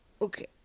okay